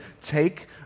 take